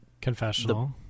confessional